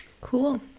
Cool